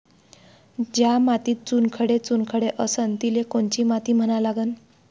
ज्या मातीत चुनखडे चुनखडे असन तिले कोनची माती म्हना लागन?